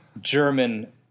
German